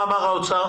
מה אמר האוצר?